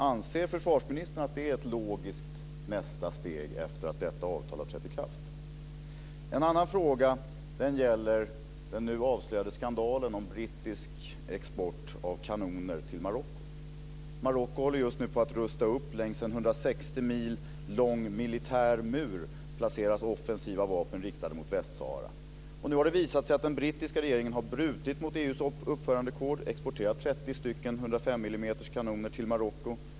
Anser försvarsministern att det är ett logiskt nästa steg efter att detta avtal har trätt i kraft? En annan fråga gäller den nu avslöjade skandalen om brittisk export av kanoner till Marocko. Marocko håller just nu på att rusta upp. Längs en 160 mil lång militär mur placeras offensiva vapen riktade mot Västsahara. Nu har det visat sig att den brittiska regeringen har brutit mot EU:s uppförandekod, eftersom man har exporterat 30 stycken 105 millimeters kanoner till Marocko.